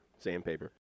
Sandpaper